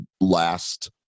last